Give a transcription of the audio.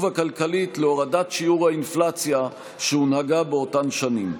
הכלכלית להורדת שיעור האינפלציה שהונהגה באותן שנים.